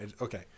Okay